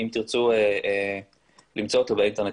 אם תרצו למצוא אותה באינטרנט,